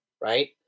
right